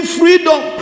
freedom